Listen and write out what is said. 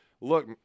look